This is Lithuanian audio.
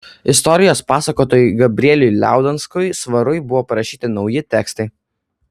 istorijos pasakotojui gabrieliui liaudanskui svarui buvo parašyti nauji tekstai